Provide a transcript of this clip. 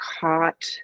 caught